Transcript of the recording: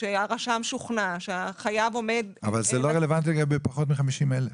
שהרשם שוכנע שהחייב עומד- -- אבל זה לא רלוונטי לגבי פחות מ-50,000.